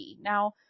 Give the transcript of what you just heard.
Now